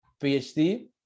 PhD